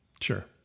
Sure